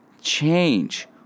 change